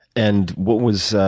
and what was